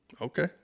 Okay